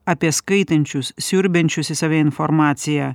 apie skaitančius siurbiančius į save informaciją